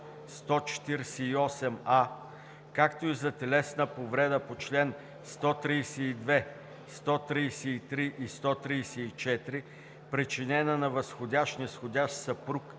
148а, както и за телесна повреда по чл. 132, 133 и 134, причинена на възходящ, низходящ, съпруг,